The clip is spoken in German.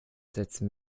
setzen